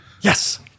Yes